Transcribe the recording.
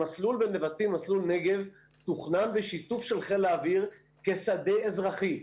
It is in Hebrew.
מסלול נגב בנבטים תוכנן בשיתוף של חיל האוויר כשדה אזרחי,